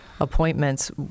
Appointments